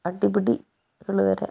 അടിപിടി കള് വരെ